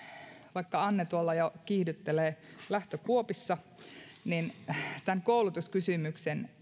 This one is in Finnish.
vaikka anne tuolla jo kiihdyttelee lähtökuopissa tämän koulutuskysymyksen